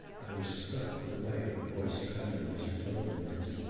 i was struck with the way her voice trembled as she told me this.